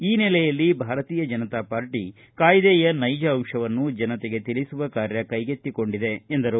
ಈ ನೆಲೆಯಲ್ಲಿ ಭಾರತೀಯ ಜನತಾ ಪಾರ್ಟ ಕಾಯ್ದೆಯ ನೈಜ ಅಂಶವನ್ನು ಜನತೆಗೆ ತಿಳಿಸುವ ಕಾರ್ಯವನ್ನು ಕೈಗೆತ್ತಿಕೊಂಡಿದೆ ಎಂದರು